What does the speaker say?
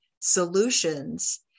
solutions